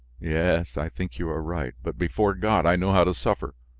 yes, i think you are right, but, before god, i know how to suffer.